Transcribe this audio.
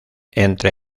entre